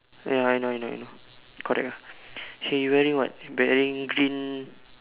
ya I know I know I know correct ah she wearing what wearing green